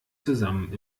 zusammen